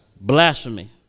Blasphemy